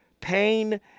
pain